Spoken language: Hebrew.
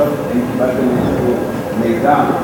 האם קיבלתם איזשהו מידע?